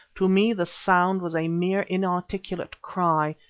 to me the sound was a mere inarticulate cry,